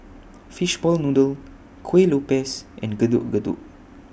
Fishball Noodle Kuih Lopes and Getuk Getuk